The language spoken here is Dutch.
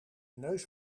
neus